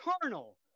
eternal